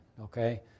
okay